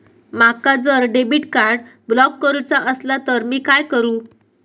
माका जर debit card block करूचा असला तर मी काय करू?